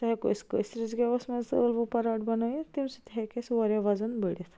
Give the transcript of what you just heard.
سُہ ہٮ۪کو أسۍ کٲشرِس گیٚوس منٛز تہِ ٲلوٕ پۄراٹ بَنٲیِتھ تَمہِ سۭتۍ تہِ ہٮ۪کہِ اَسہِ وارِیاہ وَزن بٔڑِتھ